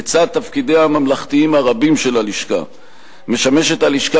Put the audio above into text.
בצד תפקידיה הממלכתיים הרבים של הלשכה משמשת הלשכה